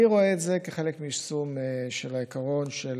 אני רואה את זה כחלק מיישום העיקרון של